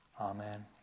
Amen